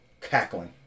Cackling